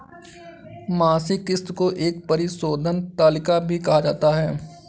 मासिक किस्त को एक परिशोधन तालिका भी कहा जाता है